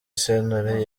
sentore